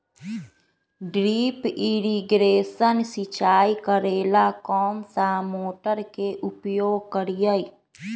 Drip irrigation सिंचाई करेला कौन सा मोटर के उपयोग करियई?